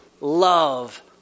love